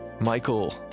Michael